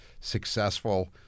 successful